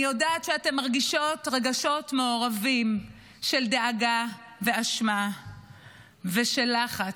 אני יודעת שאתן מרגישות רגשות מעורבים של דאגה ואשמה ושל לחץ.